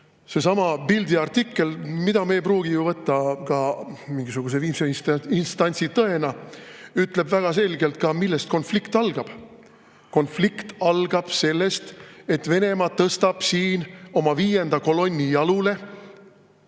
Seesama Bildi artikkel, mida me ei pruugi küll võtta mingisuguse viimse instantsi tõena, ütleb väga selgelt, millest konflikt algab. Konflikt algab sellest, et Venemaa tõstab siin oma viienda kolonni jalule,